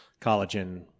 collagen